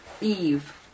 Eve